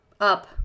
Up